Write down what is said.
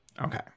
Okay